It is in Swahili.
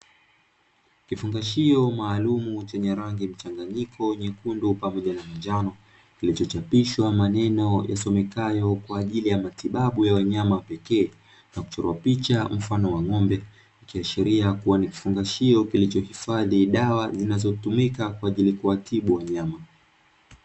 Kifungashio maalumu chenye rangi mchanganyiko nyekundu pamoja na njano, kilichochapishwa maneno yasomekayo "kwa ajili ya matibabu ya wanyama pekee", na kuchorwa picha mfano wa ng'ombe, ikiashiria kuwa ni kifungashio kilichohifadhi dawa zinazotumika kwa ajili ya kuwatibu wanyama.